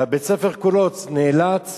ובית-הספר כולו נאלץ